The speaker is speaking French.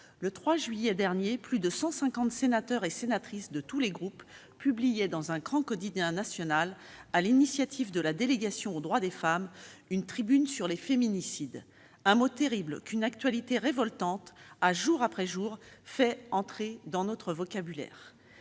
le 3 juillet dernier, plus de 150 sénateurs et sénatrices de tous les groupes publiaient dans un grand quotidien national, sur l'initiative de la délégation aux droits des femmes, une tribune sur les féminicides- un mot terrible qu'une actualité révoltante a, jour après jour, fait entrer dans notre vocabulaire.